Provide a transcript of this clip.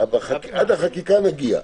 עד החקיקה נגיע.